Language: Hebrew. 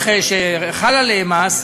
שחל עליהן מס,